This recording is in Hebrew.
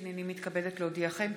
הינני מתכבדת להודיעכם,